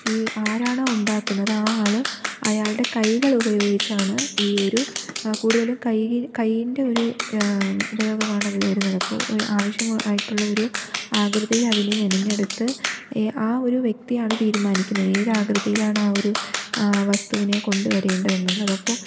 ഈ ആരാണോ ഉണ്ടാക്കുന്നത് ആ ആൾ അയാളുടെ കൈകൾ ഉപയോഗിച്ചാണ് ഈ ഒരു കൂടുതലും കയ്യിൽ കയ്യിൻ്റെ ഒരു ഉപയോഗമാണതിൽ വരുന്നത് അപ്പോൾ ഒരു ആവശ്യം ആയിട്ടുള്ള ഒരു ആകൃതിയിൽ അതിനെ മെനഞ്ഞെടുത്ത് ആ ഒരു വ്യക്തിയാണ് തീരുമാനിക്കുന്നത് ഏതാകൃതിയിലാണ് ആ ഒരു വസ്തുവിനെ കൊണ്ടുവരേണ്ടതെന്നുള്ളത് അപ്പോൾ